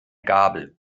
gabel